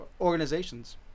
organizations